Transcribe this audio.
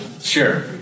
Sure